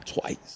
twice